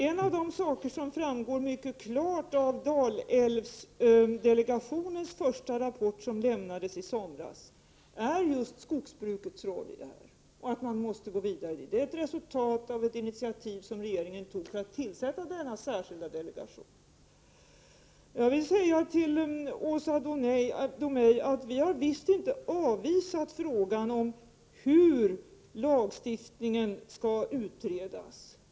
En av de saker som framgår mycket klart av Dalälvsdelegationens första rapport, som lämnades i somras, är just skogsbrukets roll i det sammanhanget och att man måste gå vidare där. Det är ett resultat av det initiativ som regeringen tog att tillsätta denna särskilda delegation. Jag vill säga till Åsa Domeij att vi visst inte har avvisat frågan om hur lagstiftningen skall utredas.